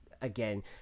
again